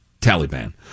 Taliban